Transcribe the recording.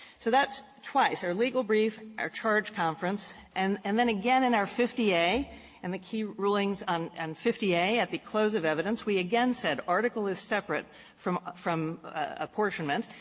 so that's twice. our legal brief, our charge conference. and and then again in our fifty a and the key rulings on and fifty a at the close of evidence, we again said article is separate from from apportionment,